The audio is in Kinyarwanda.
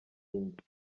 indi